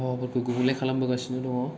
आबहावाफोरखौ गुबुंले खालामबोगासिनो दङ